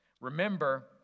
Remember